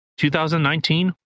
2019